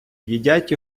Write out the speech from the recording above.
їдять